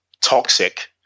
toxic